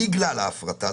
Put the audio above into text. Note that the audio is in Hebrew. בגלל ההפרטה,